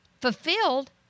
fulfilled